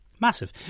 Massive